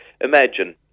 imagine